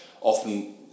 often